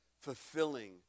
fulfilling